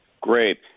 Great